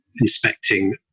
Inspecting